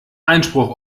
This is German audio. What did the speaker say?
einspruch